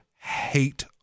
hate